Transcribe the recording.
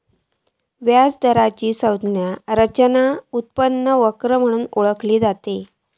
व्याज दराचा संज्ञा रचना उत्पन्न वक्र म्हणून ओळखला जाता